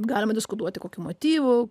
galima diskutuoti kokių motyvų